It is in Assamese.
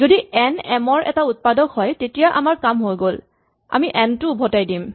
যদি এন এম ৰ এটা উৎপাদক হয় তেতিয়া আমাৰ কাম হৈ গ'ল আমি এন টো উভতাই দিম